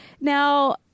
now